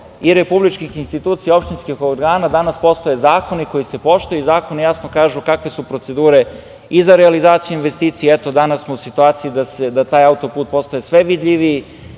i republičkih institucija, opštinskih organa. Danas postoje zakoni koji se poštuju i zakoni jasno kažu kakve su procedure i za realizaciju investicija. Eto danas smo u situaciji da taj autoput postane sve vidljiviji